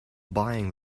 buying